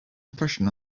impression